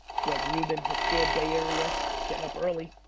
greg ruben. what's good bay area getting up early.